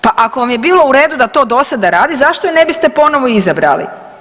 Pa ako vam je bilo u redu da to dosada radi, zašto je ne biste ponovo izabrali.